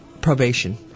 probation